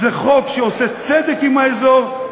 זה חוק שעושה צדק עם האזור.